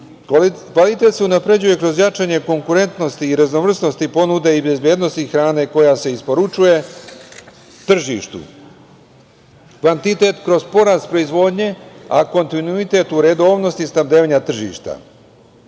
se unapređuje kroz jačanje konkurentnosti i raznovrsnosti ponuda i bezbednosti hrane koja se isporučuje tržištu. Kvantitet kroz porast proizvodnje, a kontinuitete u redovnosti snabdevanja tržišta. Rast